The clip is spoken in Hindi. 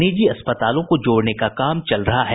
निजी अस्पतालों को जोड़ने का काम चल रहा है